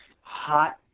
hot